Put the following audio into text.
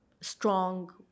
strong